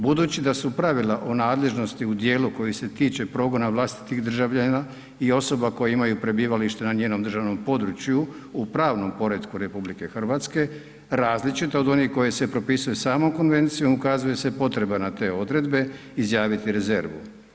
Budući da su pravila o nadležnosti u dijelu koji se tiče progona vlastitih državljana i osoba koje imaju prebivalište na njenom državnom području u pravnom poretku RH različito od onog koje se propisuje samo konvencijom, ukazuje se potreba na te odredbe izjaviti rezervu.